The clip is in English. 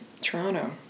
Toronto